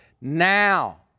now